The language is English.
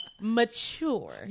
mature